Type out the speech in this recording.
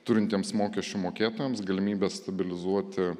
turintiems mokesčių mokėtojams galimybę stabilizuoti